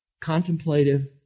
contemplative